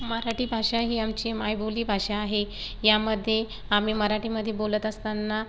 मराठी भाषा ही आमची मायबोली भाषा आहे यामध्ये आम्ही मराठीमध्ये बोलत असताना